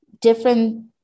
different